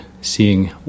seeing